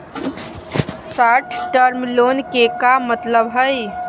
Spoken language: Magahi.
शार्ट टर्म लोन के का मतलब हई?